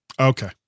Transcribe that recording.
okay